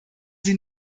sie